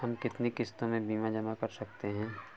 हम कितनी किश्तों में बीमा जमा कर सकते हैं?